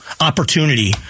opportunity